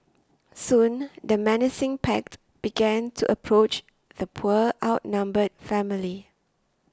soon the menacing pack began to approach the poor outnumbered family